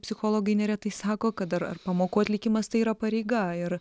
psichologai neretai sako kad ar ar pamokų atlikimas tai yra pareiga ir